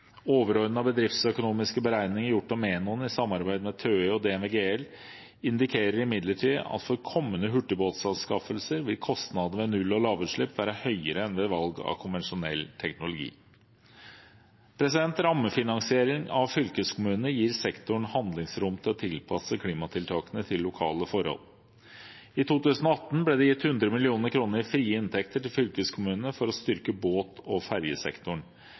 bedriftsøkonomiske beregninger gjort av Menon i samarbeid med TØI og DNV GL indikerer imidlertid at for kommende hurtigbåtanskaffelser vil kostnadene ved null- og lavutslipp være høyere enn ved valg av konvensjonell teknologi. Rammefinansiering av fylkeskommunene gir sektoren handlingsrom til å tilpasse klimatiltakene til lokale forhold. I 2018 ble det gitt 100 mill. kr i frie inntekter til fylkeskommunene for å styrke båt- og